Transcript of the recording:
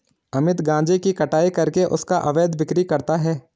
अमित गांजे की कटाई करके उसका अवैध बिक्री करता है